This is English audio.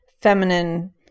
feminine